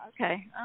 Okay